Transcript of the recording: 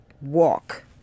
Walk